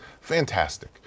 fantastic